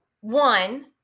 One